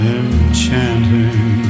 enchanting